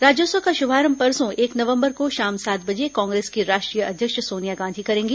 राज्योत्सव का शुभारंभ परसों एक नवम्बर को शाम सात बजे कांग्रेस की राष्ट्रीय अध्यक्ष सोनिया गांधी करेंगी